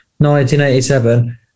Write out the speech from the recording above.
1987